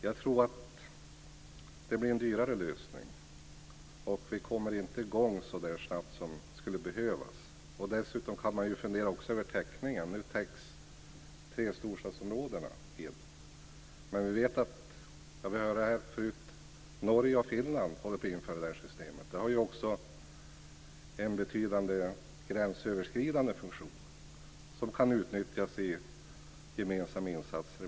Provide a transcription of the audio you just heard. Jag tror att det blir en dyrare lösning, och vi kommer inte i gång så snabbt som skulle behövas. Dessutom kan man ju fundera över täckningen. Nu täcks storstadsområdena in, men vi hörde här förut att Norge och Finland håller på att införa det här systemet. Det har ju också en betydande gränsöverskridande funktion som ibland kan utnyttjas i gemensamma insatser.